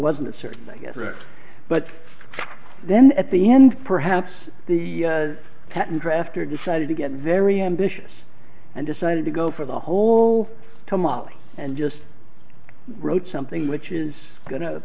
wasn't it certain i guess right but then at the end perhaps the patent drafter decided to get very ambitious and decided to go for the whole tamale and just wrote something which is going to